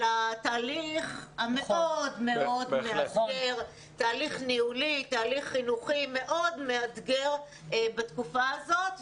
התהליך החינוכי והניהולי מאוד מאוד מאתגר בתקופה הזו.